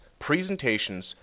presentations